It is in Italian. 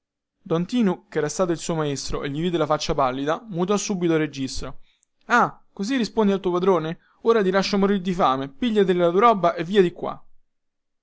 don tinu chera stato il suo maestro e gli vide la faccia pallida mutò subito registro ah così rispondi al tuo padrone ora ti lascio morir di fame pigliati la tua roba e via di qua